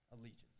allegiance